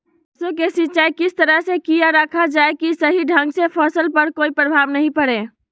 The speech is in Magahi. सरसों के सिंचाई किस तरह से किया रखा जाए कि सही ढंग से फसल पर कोई प्रभाव नहीं पड़े?